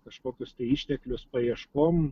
kažkokius tai išteklius paieškom